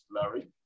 Larry